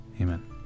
Amen